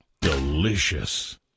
Delicious